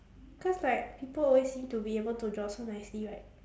cause like people always seem to be able to draw so nicely right